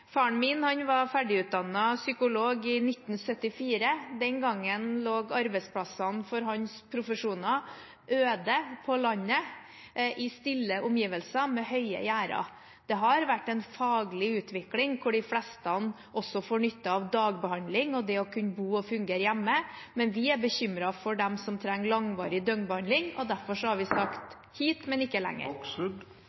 Faren min var ferdigutdannet psykolog i 1974. Den gangen lå arbeidsplassene for hans profesjon øde til på landet, i stille omgivelser og med høye gjerder. Det har vært en faglig utvikling, hvor de fleste også får nytte av dagbehandling og det å kunne bo og fungere hjemme, men vi er bekymret for dem som trenger langvarig døgnbehandling, og derfor har vi sagt